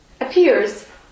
appears